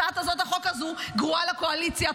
הצעת החוק הזאת גרועה לקואליציה,